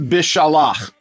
Bishalach